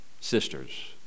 sisters